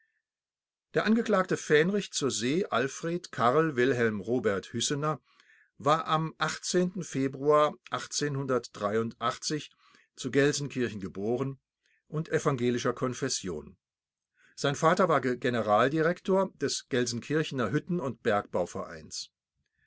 der angeklagte fähnrich zur see alfred karl wilhelm robert hüssener war am februar zu gelsenkirchen geboren und evangelischer konfession sein vater war generaldirektor des gelsenkirchener hütten und